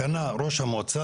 קנה ראש המועצה,